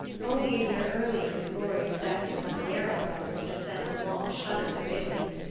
only a year earlier the glorious death of the bandiera brothers had sent a long shudder through italy.